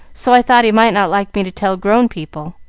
so i thought he might not like me to tell grown people.